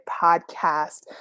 podcast